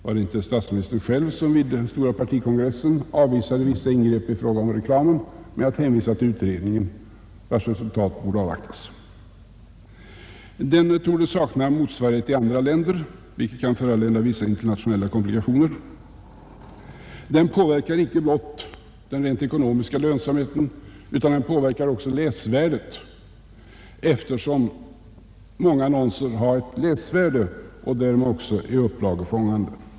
Var det inte statsministern själv som vid den stora partikongressen avvisade ingrepp i fråga om reklamen med att hänvisa till utredningen, vars resultat borde avvaktas? Annonsskatten torde sakna motsvarighet i andra länder, vilket kan föranleda vissa internationella komplikationer. Den påverkar inte blott den rent ekonomiska lönsamheten, utan även läsvärdet, eftersom många annonser har läsvärde och därmed också är upplagefångande.